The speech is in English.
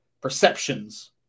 perceptions